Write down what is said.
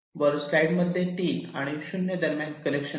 वर स्लाईड मध्ये 3 आणि 0 दरम्यान कनेक्शन नाही